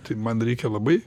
tai man reikia labai